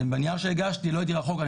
בנייר שהגשתי לא הייתי רחוק,